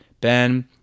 Ben